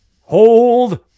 Hold